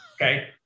Okay